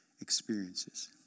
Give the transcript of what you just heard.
experiences